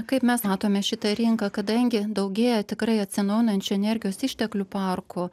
kaip mes matome šitą rinką kadangi daugėja tikrai atsinaujinančių energijos išteklių parkų